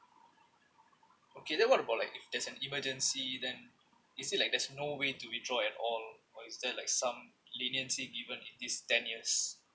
okay then what about like if there's an emergency then you say like there's no way to withdraw at all or is that like some leniency given in this ten years